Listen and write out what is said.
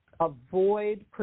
avoid